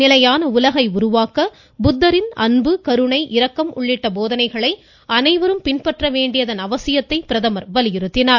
நிலையான உலகை உருவாக்க பகவான் புத்தரின் அன்பு கருணை இரக்கம் உள்ளிட்ட போதனைகளை அனைவரும் பின்பற்ற வேண்டியதன் அவசியத்தை பிரதமர் வலியுறுத்தியுள்ளார்